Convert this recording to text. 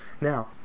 now